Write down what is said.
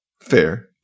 fair